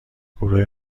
گروه